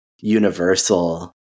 universal